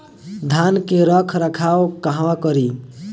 धान के रख रखाव कहवा करी?